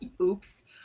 Oops